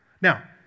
Now